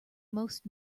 most